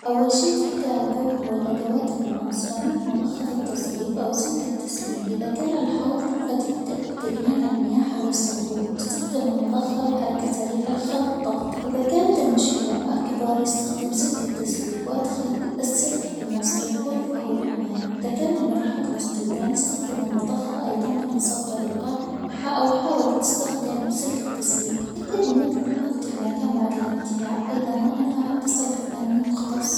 أول شيء تحتاجه هو الأدوات المناسبة مثل مضخة التصريف أو سلك التسليك ،إذا كان الحوظ فتبدأ بتجميع المياة حول الصنبور استخدم المضخة بحركة سريعة لخلق ضغط إذا كانت المشكلة أكبر استخدم سلك التسليك وأدخل -ال- السلك فى المصرف ولفه بعناية إذا كان المرحاض مسدودا ،استخدم المضخة أيضًا بنفس الطريقة، -وحا- أو حاول تستخدم سلك التسليك، تأكد انك نظفت المكان بعد الإنتهاء ،وإذا ما نفع اتصل بفاني مختص.